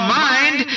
mind